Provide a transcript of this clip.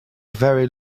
very